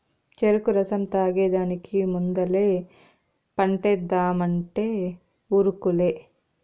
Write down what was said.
చెరుకు రసం తాగేదానికి ముందలే పంటేద్దామంటే ఉరుకులే